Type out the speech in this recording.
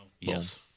Yes